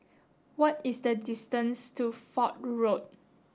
what is the distance to Fort Road